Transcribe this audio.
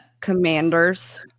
Commanders